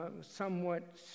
somewhat